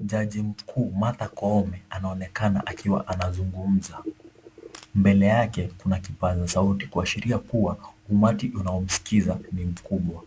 Jaji mkuu Martha Koome anaonekana akiwa anazungumza. Mbele yake kuna kipaza sauti kuashiria kuwa umati unaomsikiza ni mkubwa.